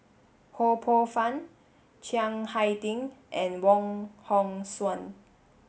Ho Poh Fun Chiang Hai Ding and Wong Hong Suen